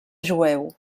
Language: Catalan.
jueu